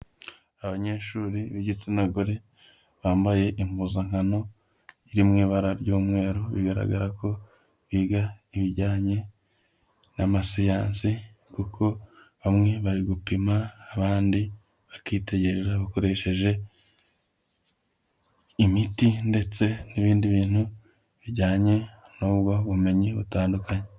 Abanyeshuri b'igitsina gore bambaye impuzankano iri mu ibara ry'umweru bigaragara ko biga ibijyanye n'amasiyansi, kuko bamwe bari gupima abandi bakitegereza bakoresheje imiti ndetse n'ibindi bintu bijyanye n'ubwo bumenyi butandukanye.